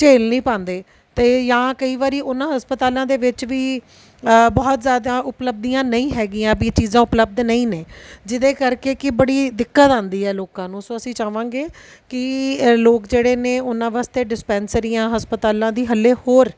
ਝੇਲ ਨਹੀਂ ਪਾਉਂਦੇ ਅਤੇ ਜਾਂ ਕਈ ਵਾਰੀ ਉਹਨਾਂ ਹਸਪਤਾਲਾਂ ਦੇ ਵਿੱਚ ਵੀ ਬਹੁਤ ਜ਼ਿਆਦਾ ਉਪਲਬਧੀਆਂ ਨਹੀਂ ਹੈਗੀਆਂ ਵੀ ਚੀਜ਼ਾਂ ਉਪਲਬਧ ਨਹੀਂ ਨੇ ਜਿਹਦੇ ਕਰਕੇ ਕਿ ਬੜੀ ਦਿੱਕਤ ਆਉਂਦੀ ਹੈ ਲੋਕਾਂ ਨੂੰ ਸੋ ਅਸੀਂ ਚਾਹਵਾਂਗੇ ਕਿ ਲੋਕ ਜਿਹੜੇ ਨੇ ਉਹਨਾਂ ਵਾਸਤੇ ਡਿਸਪੈਂਸਰੀਆਂ ਹਸਪਤਾਲਾਂ ਦੀ ਹਾਲੇ ਹੋਰ